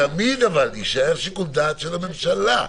תמיד אבל יישאר שיקול דעת של הממשלה.